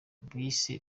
bise